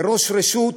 כראש רשות